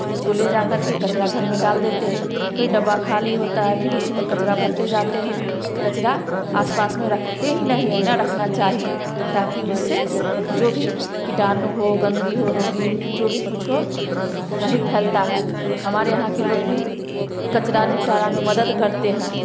उसको ले जाके कचरा घर में डाल देते हैं फिर डब्बा खाली होता हैं फिर उसमें कचरा भरते जाते हैं कचरा आस पास में रखते ही नहीं हैं ना रखना चाहिए ताकि उससे जो भी कीटाणु हो गंदगी हो रोगी जो भी कुछ हो नहीं फैलता है हमारे यहाँ के लोग भी कचरा निपटने में मदद करते हैं